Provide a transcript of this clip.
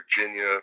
Virginia